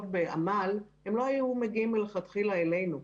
בעמל הם לא היו מגיעים מלכתחילה אלינו.